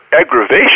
aggravation